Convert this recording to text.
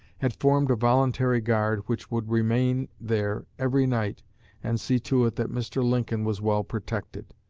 had formed a voluntary guard which would remain there every night and see to it that mr. lincoln was well protected.